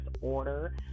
order